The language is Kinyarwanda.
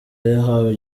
yahawe